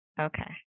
Okay